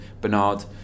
Bernard